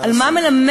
על מה מלמדת